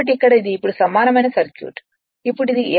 కాబట్టి ఇక్కడ ఇది ఇప్పుడు సమానమైన సర్క్యూట్ ఇప్పుడు అది F2 sf